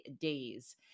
days